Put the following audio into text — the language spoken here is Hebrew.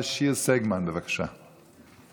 לממן קבוצות אחרות באוכלוסייה.